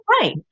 right